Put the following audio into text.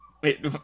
Wait